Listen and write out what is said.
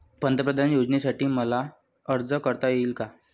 पंतप्रधान योजनेसाठी मला अर्ज करता येईल का?